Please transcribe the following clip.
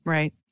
Right